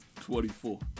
24